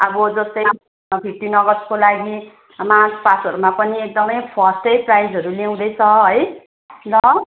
अब जस्तै फिफ्टिन अगस्टको लागि मार्च पासहरूमा पनि एकदमै फर्स्टै प्राइजहरू ल्याउँदैछ है ल